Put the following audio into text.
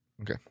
okay